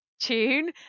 tune